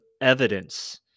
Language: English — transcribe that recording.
evidence